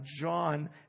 John